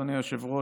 אדוני היושב-ראש,